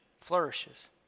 flourishes